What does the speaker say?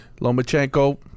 Lomachenko